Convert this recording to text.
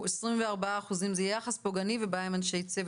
24 אחוזים זה יחס פוגעני ובעיה עם אנשי צוות.